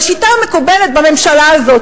בשיטה המקובלת בממשלה הזאת.